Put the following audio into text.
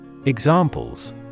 Examples